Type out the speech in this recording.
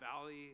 valley